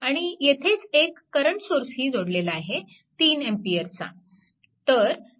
आणि येथेच एक करंट सोर्सही जोडलेला आहे 3A चा